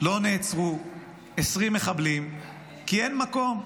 לא נעצרו 20 מחבלים כי אין מקום.